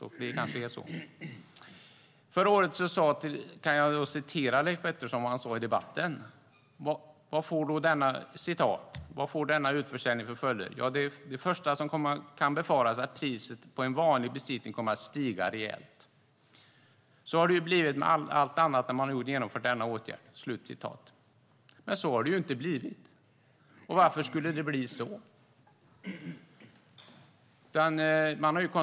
Det kanske är så. Jag kan citera vad Leif Pettersson sade i debatten förra året: "Vad får då denna utförsäljning för följder? Ja, det första som kan befaras är att priset på en vanlig besiktning kommer att stiga rejält. Så har det ju blivit med allt annat där man har genomfört denna åtgärd." Men så har det ju inte blivit. Och varför skulle det bli så?